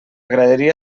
graderia